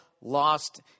Lost